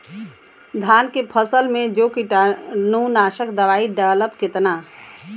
धान के फसल मे जो कीटानु नाशक दवाई डालब कितना?